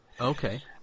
Okay